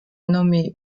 nommé